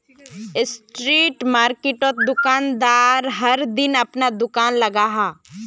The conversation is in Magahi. स्ट्रीट मार्किटोत दुकानदार हर दिन अपना दूकान लगाहा